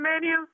menu